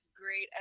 great